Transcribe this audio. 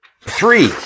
Three